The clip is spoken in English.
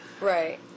Right